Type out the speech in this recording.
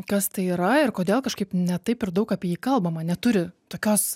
kas tai yra ir kodėl kažkaip ne taip ir daug apie jį kalbama neturi tokios